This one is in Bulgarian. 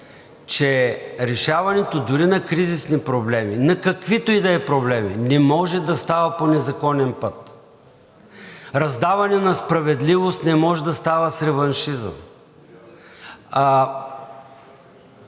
че решаването дори на кризисни проблеми, на каквито и да е проблеми не може да става по незаконен път. Раздаване на справедливост не може да става с реваншизъм.